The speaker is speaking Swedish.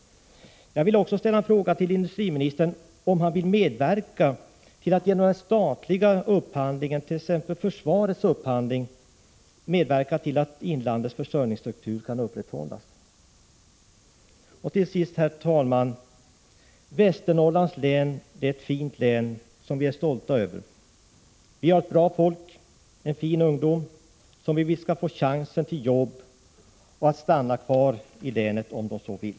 Till sist, herr talman! Västernorrlands län är ett fint län som vi är stolta över. Vi har bra folk och fin ungdom, som vi vill skall få chansen till jobb och till att stanna kvar i länet om den så vill.